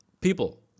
people